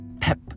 pep